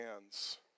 hands